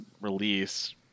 release